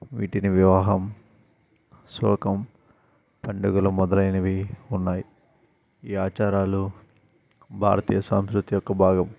వీటిని వివాహం శ్లోకం పండుగలు మొదలైనవి ఉన్నాయి ఈ ఆచారాలు భారతీయ సంస్కృతి యొక్క భాగం